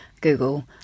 Google